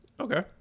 Okay